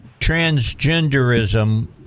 transgenderism